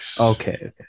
okay